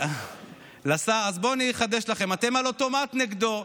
אז בואו אני אחדש לכם: אתם על אוטומט נגדו.